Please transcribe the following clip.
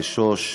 לשוש,